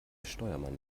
steuermann